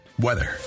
weather